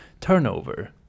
turnover